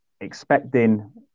expecting